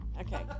okay